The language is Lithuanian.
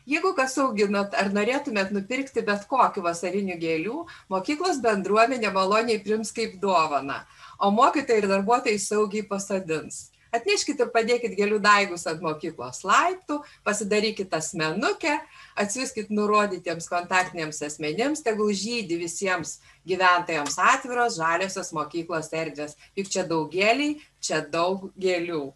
jeigu kas auginat ar norėtumėte nupirkti bet kokių vasarinių gėlių mokyklos bendruomenė maloniai priims kaip dovaną o mokytojai ir darbuotojai saugiai pasodins atneškit ir padėkit gėlių daigus ant mokyklos laiptų pasidarykit asmenukę atsiųskit nurodytiems kontaktiniams asmenims tegul žydi visiems gyventojams atviros žaliosios mokyklos erdvės juk čia daugėliai čia daug gėlių